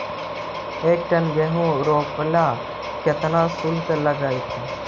एक टन गेहूं रोपेला केतना शुल्क लगतई?